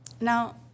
Now